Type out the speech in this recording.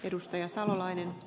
arvoisa puhemies